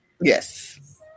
Yes